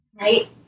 right